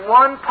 one